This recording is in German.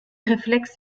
reflex